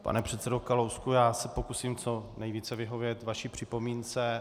Pane předsedo Kalousku, já se pokusím co nejvíce vyhovět vaší připomínce.